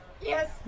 Yes